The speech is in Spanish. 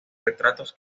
retratos